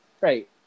Right